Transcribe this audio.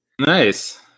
Nice